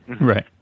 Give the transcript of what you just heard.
Right